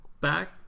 back